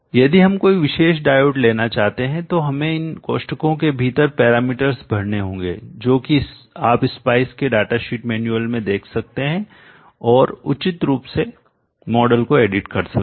यदि हम कोई विशेष डायोड लेना चाहते हैं तो हमें इन कोष्ठकों के भीतर पैरामीटर्स भरने होंगे जो कि आप spice के डाटा शीट मैन्युअल में देख सकते हैं और उचित रूप से मॉडल को एडिटबदल कर सकते हैं